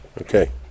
Okay